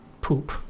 poop